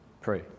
pray